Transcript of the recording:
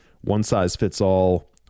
one-size-fits-all